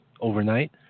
overnight